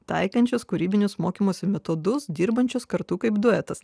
taikančios kūrybinius mokymosi metodus dirbančius kartu kaip duetas